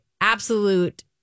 absolute